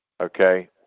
Okay